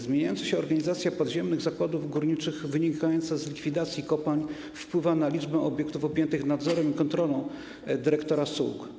Zmieniająca się organizacja podziemnych zakładów górniczych wynikająca z likwidacji kopalń wpływa na liczbę obiektów objętych nadzorem i kontrolą dyrektora SUG.